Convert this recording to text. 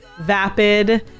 vapid